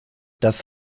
das